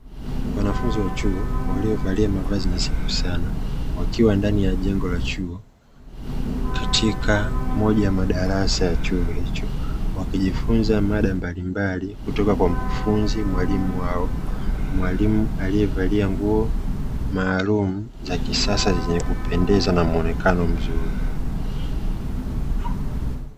Wanafunzi wa chuo waliovalia mavazi nadhifu sana wakiwa ndani ya jengo la chuo kikuu katika moja ya madarasa ya chuo hicho, wakijifunza mada mbalimbali kutoka kwa mkufunzi. Mwalimu wao mwalimu aliyevalia nguo maalumu za kisasa zenye kupendeza na muonekano mzuri.